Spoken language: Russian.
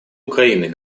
украины